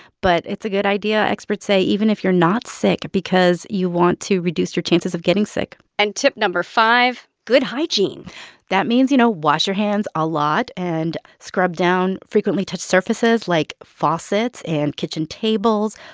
but it's a good idea, experts say, even if you're not sick because you want to reduce your chances of getting sick and tip no. five good hygiene that means, you know, wash your hands a lot, and scrub down frequently touch surfaces, like faucets and kitchen tables.